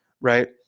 right